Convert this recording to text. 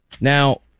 Now